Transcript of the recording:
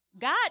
God